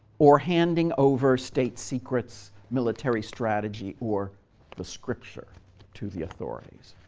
or handing over state secrets, military strategy, or the scripture to the authorities.